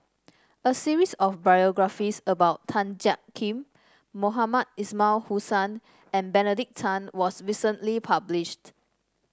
a series of biographies about Tan Jiak Kim Mohamed Ismail Hussain and Benedict Tan was recently published